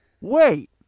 wait